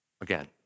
again